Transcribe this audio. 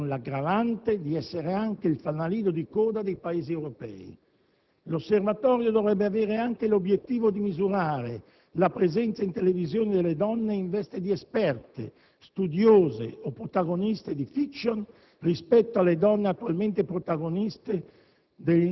con l'aggravante di essere anche il fanalino di coda dei Paesi europei. L'osservatorio dovrebbe avere anche l'obiettivo di misurare la presenza in televisione delle donne in veste di esperte, studiose o protagoniste di *fiction*, rispetto alle donne attualmente protagoniste